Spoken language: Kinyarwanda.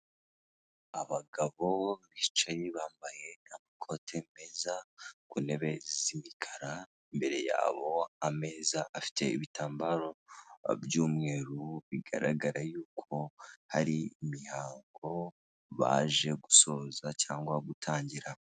Abagabo bicaye, bambaye amakote meza, ku ntebe z'imikara, imbere yabo ameza afite ibitambaro by'umweru, bigaragara yuko hari imihango baje gusoza cyangwa gutangira.